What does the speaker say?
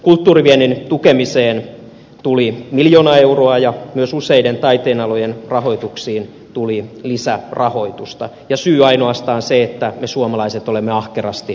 kulttuuriviennin tukemiseen tuli miljoona euroa ja myös useiden taiteenalojen rahoituksiin tuli lisärahoitusta ja syy on ainoastaan se että me suomalaiset olemme ahkerasti pelanneet